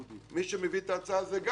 מי שהביא את ההצעה זה גם הבית היהודי.